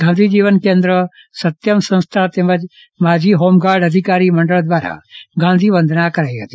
ગાંધી જીવન કેન્દ્ર સત્યમ સંસ્થા તેમજ માજી હોમગાર્ડ અધિકારી મંડળ દ્વારા ગાંધીવંદના કરાઈ હતી